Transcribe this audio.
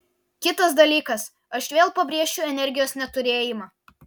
kitas dalykas aš vėl pabrėšiu energijos neturėjimą